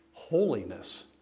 Holiness